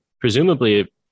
presumably